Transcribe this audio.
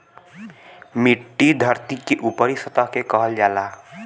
मट्टी धरती के ऊपरी सतह के कहल जाला